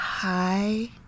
hi